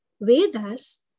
Vedas